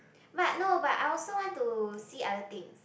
but no but I also want to see other things